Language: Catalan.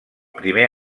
primer